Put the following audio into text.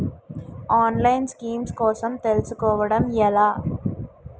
ఆన్లైన్లో స్కీమ్స్ కోసం తెలుసుకోవడం ఎలా?